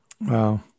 Wow